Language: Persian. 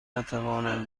نتوانم